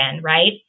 right